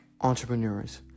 entrepreneurs